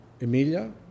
Emilia